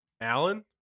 Alan